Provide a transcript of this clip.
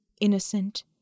Innocent